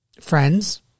friends